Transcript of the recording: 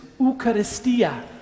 Eucharistia